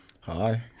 Hi